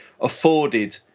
afforded